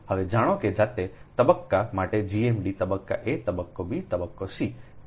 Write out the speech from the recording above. હવે જાણો કે જાતે તબક્કા માટે GMD તબક્કો a તબક્કો b તબક્કો c